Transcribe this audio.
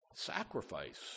Sacrifice